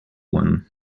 one